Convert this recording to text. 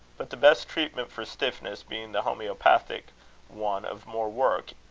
but the best treatment for stiffness being the homoeopathic one of more work,